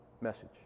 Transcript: message